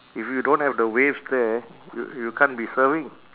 if you don't have the waves there y~ you can't be surfing